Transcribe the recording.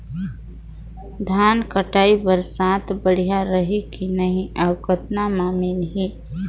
धान कटाई बर साथ बढ़िया रही की नहीं अउ कतना मे मिलही?